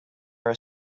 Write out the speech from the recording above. are